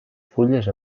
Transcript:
fulles